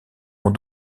ont